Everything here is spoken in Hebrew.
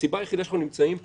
הסיבה היחידה שאנחנו נמצאים פה,